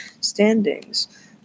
standings